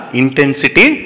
intensity